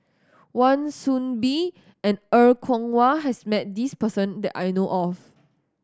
Wan Soon Bee and Er Kwong Wah has met this person that I know of